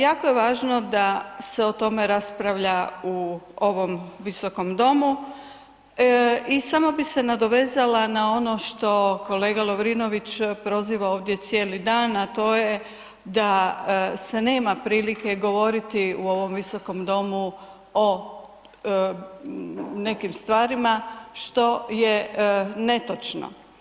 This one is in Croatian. Jako je važno da se o tome raspravlja u ovom Visokom domu i samo bi se nadovezala na ono što kolega Lovrinović proziva cijeli dan a to je da se nema prilike govoriti u ovom Visokom domu o nekim stvarima što je netočno.